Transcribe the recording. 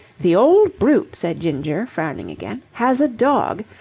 the old brute, said ginger, frowning again, has a dog.